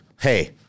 Hey